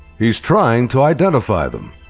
he's trying to identify them.